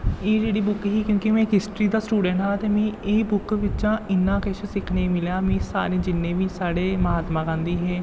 एह् जेह्ड़ी बुक ही क्योंकि में इक हिस्ट्री दा स्टूडैंट हा ते मी एह् बुक बिच्चा इन्ना किश सिक्खने गी मिलेआ मी सारे जिन्ने बी साढ़े म्हात्मा गांधी हे